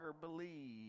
believe